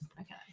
Okay